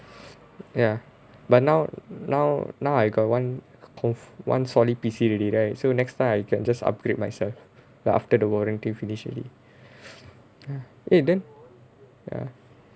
ya but now now now I got one co~ one solid P_C already right so next time I can just upgrade myself but after the warranty finish already eh then ya